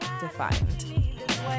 defined